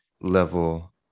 level